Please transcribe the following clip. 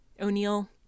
O'Neill